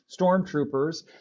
stormtroopers